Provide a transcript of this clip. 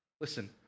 Listen